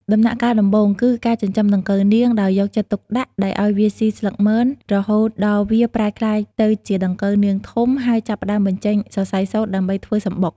ដំណាក់កាលដំបូង គឺការចិញ្ចឹមដង្កូវនាងដោយយកចិត្តទុកដាក់ ដោយឱ្យវាស៊ីស្លឹកមន រហូតដល់វាប្រែក្លាយទៅជាដង្កូវនាងធំ ហើយចាប់ផ្តើមបញ្ចេញសរសៃសូត្រដើម្បីធ្វើសម្បុក។